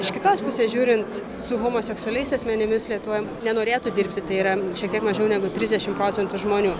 iš kitos pusės žiūrint su homoseksualiais asmenimis lietuvoj nenorėtų dirbti tai yra šiek tiek mažiau negu trisdešimt procentų žmonių